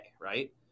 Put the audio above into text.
Right